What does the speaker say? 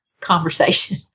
conversation